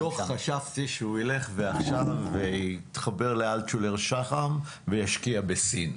לא חשבתי שהוא ילך ויתחבר עכשיו לאלטשולר שחם וישקיע בסין.